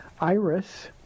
Iris